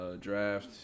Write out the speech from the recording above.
draft